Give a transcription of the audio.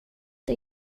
det